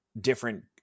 different